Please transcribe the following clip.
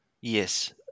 yes